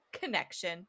connection